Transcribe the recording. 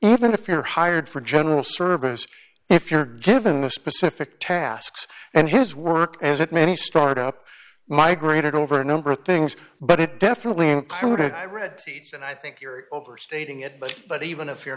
even if you're hired for general service if you're given the specific tasks and his work as it many startup migrated over a number of things but it definitely included i read and i think you're overstating it but even if you're